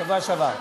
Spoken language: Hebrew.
בשבוע שעבר.